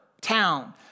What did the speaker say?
town